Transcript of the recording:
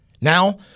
Now